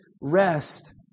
rest